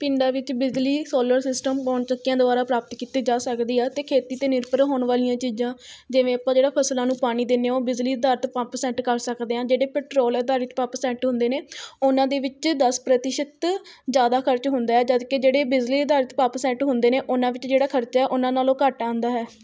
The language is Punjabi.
ਪਿੰਡਾਂ ਵਿੱਚ ਬਿਜਲੀ ਸੋਲਰ ਸਿਸਟਮ ਪੌਣ ਚੱਕੀਆਂ ਦੁਆਰਾ ਪ੍ਰਾਪਤ ਕੀਤੀ ਜਾ ਸਕਦੀ ਹੈ ਅਤੇ ਖੇਤੀ 'ਤੇ ਨਿਰਭਰ ਹੋਣ ਵਾਲੀਆਂ ਚੀਜ਼ਾਂ ਜਿਵੇਂ ਆਪਾਂ ਜਿਹੜਾ ਫਸਲਾਂ ਨੂੰ ਪਾਣੀ ਦਿੰਦੇ ਹਾਂ ਉਹ ਬਿਜਲੀ ਅਧਾਰਿਤ ਪੰਪ ਸੈਟ ਕਰ ਸਕਦੇ ਹਾਂ ਜਿਹੜੇ ਪੈਟਰੋਲ ਅਧਾਰਿਤ ਪੰਪ ਸੈਟ ਹੁੰਦੇ ਨੇ ਉਹਨਾਂ ਦੇ ਵਿੱਚ ਦਸ ਪ੍ਰਤੀਸ਼ਤ ਜ਼ਿਆਦਾ ਖਰਚ ਹੁੰਦਾ ਹੈ ਜਦਕਿ ਜਿਹੜੇ ਬਿਜਲੀ ਅਧਾਰਿਤ ਪੰਪ ਸੈਟ ਹੁੰਦੇ ਨੇ ਉਨ੍ਹਾਂ ਵਿੱਚ ਜਿਹੜਾ ਖਰਚਾ ਹੈ ਉਨ੍ਹਾਂ ਨਾਲੋ ਘੱਟ ਆਉਂਦਾ ਹੈ